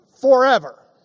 forever